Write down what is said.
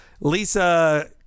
lisa